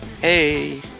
Hey